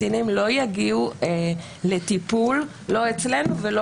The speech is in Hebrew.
קטינים לא יגיעו לטיפול לא אצלנו ולא